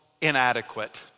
inadequate